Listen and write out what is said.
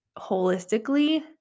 holistically